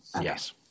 Yes